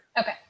Okay